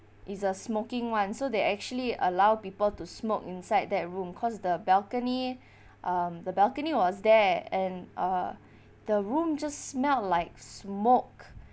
it's a smoking one so they actually allow people to smoke inside that room cause the balcony um the balcony was there and uh the room just smelled like smoke